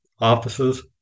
offices